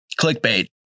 clickbait